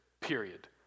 Period